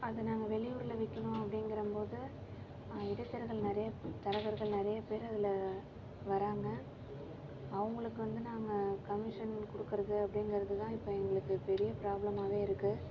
அதை நாங்கள் வெளியூரில் விற்கணும் அப்படிங்கிறம்போது இடைத்தரகள் நிறையா தரகர்கள் நிறைய பேர் அதில் வராங்க அவங்களுக்கு வந்து நாங்கள் கமிஷன் கொடுக்குறது அப்படிங்கறது தான் இப்போ எங்களுக்கு பெரிய ப்ராப்லமாகவே இருக்கு